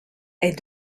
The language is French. est